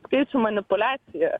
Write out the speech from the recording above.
skaičių manipuliacija